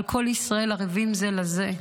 על "כל ישראל ערבים זה לזה",